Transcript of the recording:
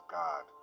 god